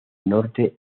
norte